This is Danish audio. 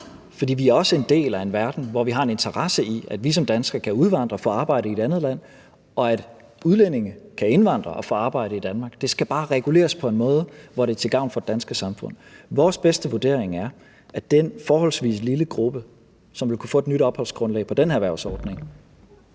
For vi er også en del af en verden, hvor vi har en interesse i, at vi som danskere kan udvandre til arbejde i et andet land, og at udlændinge kan indvandre og få arbejde i Danmark. Det skal bare reguleres på en måde, hvor det er til gavn for det danske samfund. Vores bedste vurdering er, at den forholdsvis lille gruppe , som vil kunne få et nyt opholdsgrundlag på den her erhvervsordning,